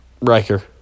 Riker